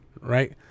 right